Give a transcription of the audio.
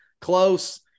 close